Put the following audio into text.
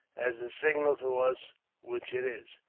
as a signal to us which it is.